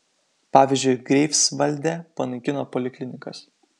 pavyzdžiui greifsvalde panaikino poliklinikas